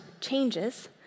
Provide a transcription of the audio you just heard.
changes